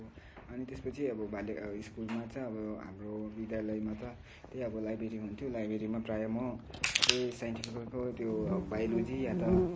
अब अनि त्यसपछि अब बाल्य अब स्कुलमा चाहिँ हाम्रो विद्यालयमा त त्यही अब लाइब्रेरी हुन्थ्यो लाइब्रेरीमा प्राय म त्यही साइन्टिफिकहरूको त्यो बायोलोजी या त